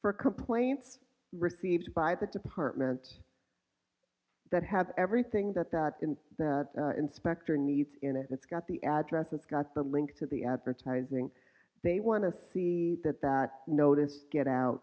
for complaints received by the department that have everything that that in that inspector needs in it it's got the address it's got the link to the advertising they want to see that that notice get out